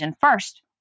first